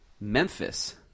memphis